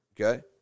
okay